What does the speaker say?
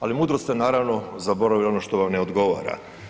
Ali mudro ste, naravno, zaboravili ono što vam ne odgovara.